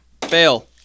Fail